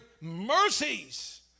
mercies